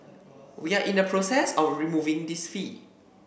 we are in the process of removing this fee